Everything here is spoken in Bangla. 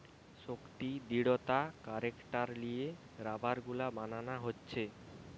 শক্তি, দৃঢ়তা সব ক্যারেক্টার লিয়ে রাবার গুলা বানানা হচ্ছে